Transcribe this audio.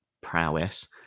prowess